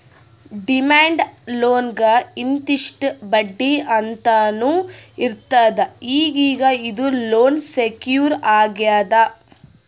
demand ಲೋನ್ಗ್ ಇಂತಿಷ್ಟ್ ಬಡ್ಡಿ ಅಂತ್ನೂ ಇರ್ತದ್ ಈಗೀಗ ಇದು ಲೋನ್ ಸೆಕ್ಯೂರ್ ಆಗ್ಯಾದ್